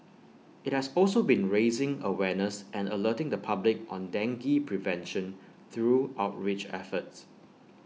IT has also been raising awareness and alerting the public on dengue prevention through outreach efforts